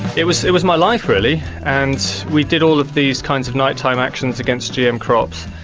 it was it was my life really, and we did all of these kinds of night-time actions against gm crops,